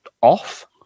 off